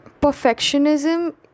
perfectionism